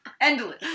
Endless